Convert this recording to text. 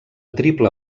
triple